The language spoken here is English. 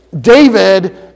David